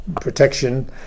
protection